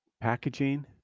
packaging